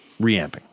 reamping